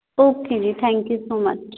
okay ਜੀ thank you so much